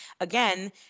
again